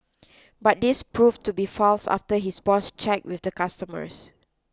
but this proved to be false after his boss check with the customers